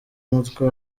umutwe